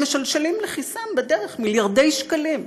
והם משלשלים לכיסם בדרך מיליארדי שקלים.